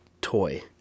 toy